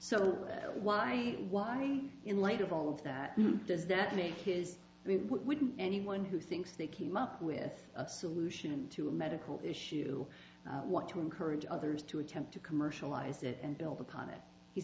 so why why in light of all of that does that make his wee anyone who thinks they came up with a solution to a medical issue want to encourage others to attempt to commercialize it and build upon it he's